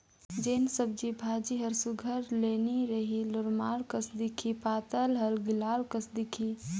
जेन सब्जी भाजी हर सुग्घर ले नी रही लोरमाल कस दिखही पताल हर गिलाल कस दिखही